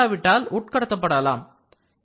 இல்லாவிட்டால் உட்கடத்தப்படலாம் transmission